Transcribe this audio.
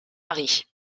harry